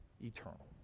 eternal